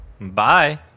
Bye